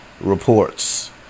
reports